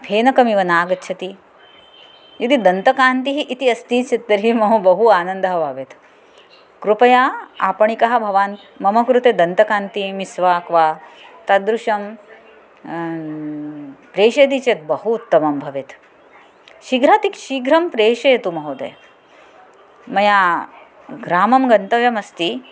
फेनकमिव नागच्छति यदि दन्तकान्तिः इति अस्ति चेत् तर्हि मम बहु आनन्दः भावेत् कृपया आपणिकः भवान् मम कृते दन्तकान्तिः मिस्वाक् वा तादृशं प्रेषयति चेत् बहु उत्तमं भवेत् शीघ्रातिशीघ्रं प्रेषयतु महोदय महोदय मया ग्रामं गन्तव्यमस्ति